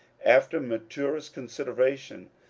after matnrest consideration.